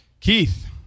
Keith